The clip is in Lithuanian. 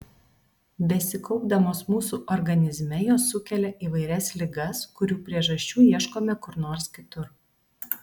besikaupdamos mūsų organizme jos sukelia įvairias ligas kurių priežasčių ieškome kur nors kitur